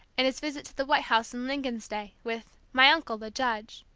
and his visit to the white house in lincoln's day, with my uncle, the judge.